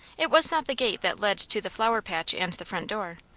it was not the gate that led to the flower patch and the front door.